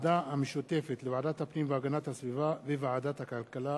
בוועדה המשותפת לוועדת הפנים והגנת הסביבה ולוועדת הכלכלה.